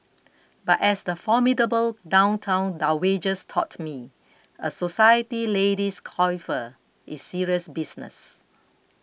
but as the formidable downtown dowagers taught me a society lady's coiffure is serious business